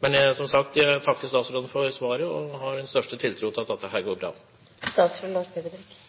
Men, som sagt, jeg takker statsråden for svaret, og har den største tiltro til at dette går bra. Jeg skal ikke si så mye mer enn at